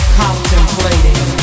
contemplating